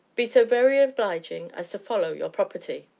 be so very obliging as to follow your property.